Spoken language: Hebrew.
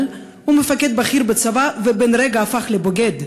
או מפקד בכיר בצבא ובן-רגע הפך לבוגד,